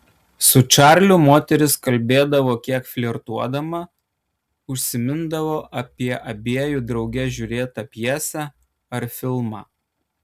su čarliu moteris kalbėdavo kiek flirtuodama užsimindavo apie abiejų drauge žiūrėtą pjesę ar filmą